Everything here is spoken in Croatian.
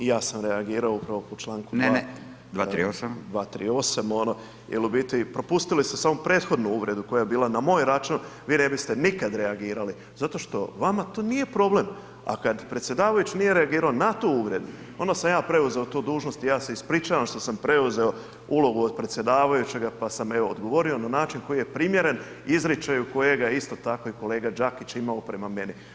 I ja sam reagirao upravo po Članku [[Upadica: Ne, ne 23.8]] 238. ono jer u biti propustili ste samo prethodnu uvredu koja je bila na moj račun vi ne biste nikada reagirali zato što vama to nije problem, a kad predsjedavajući nije reagirao na tu uvredu onda sam ja preuzeo tu dužnost i ja se ispričavam što sam preuzeo ulogu od predsjedavajućega pa sam evo odgovorio na način koji je primjeren izričaju kojega je isto tako i kolega Đakić imamo prema meni.